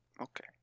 Okay